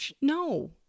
No